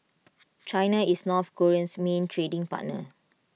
China is north Korea's main trading partner